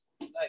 Nice